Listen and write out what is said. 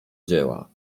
dzieła